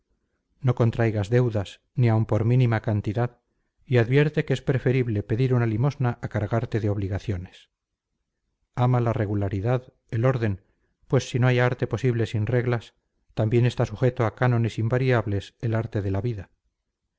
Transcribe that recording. no contraigas deudas ni aun por mínima cantidad y advierte que es preferible pedir una limosna a cargarte de obligaciones ama la regularidad el orden pues si no hay arte posible sin reglas también está sujeto a cánones invariables el arte de la vida